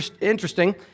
interesting